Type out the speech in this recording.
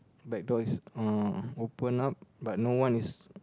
back door is uh open up but no one is